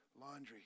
laundry